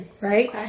right